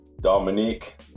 Dominique